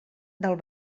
del